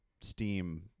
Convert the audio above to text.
steam